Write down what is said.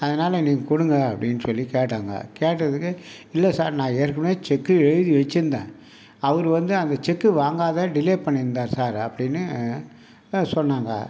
அதனால நீங்கள் கொடுங்க அப்படீனு சொல்லி கேட்டாங்க கேட்டதுக்கு இல்லை சார் நான் ஏற்கனவே செக்கு எழுதி வச்சுருந்தேன் அவர் வந்து அந்த செக் வாங்காம டிலே பண்ணியிருந்தார் சார் அப்படீனு சொன்னாங்க